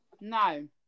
No